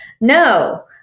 No